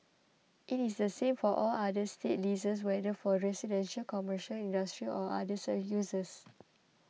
it is the same for all other state leases whether for residential commercial industrial or other so uses